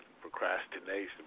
procrastination